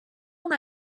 una